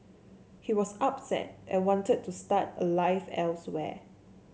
he was upset and wanted to start a life elsewhere